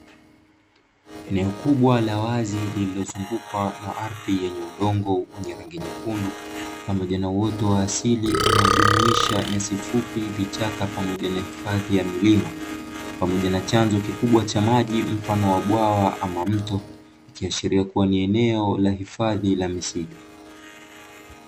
Eneo kubwa la wazi lililozungukwa na ardhi yenye udongo wenye rangi nyekundu, pamoja na wote wa asili unaojumuisha nyasi fupi vichaka pamoja na hifadhi ya milima, pamoja na chanzo kikubwa cha maji mfano wa bwawa ama mto, kiashiria kuwa ni eneo la hifadhi la misitu.